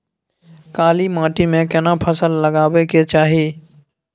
काला माटी में केना फसल लगाबै के चाही?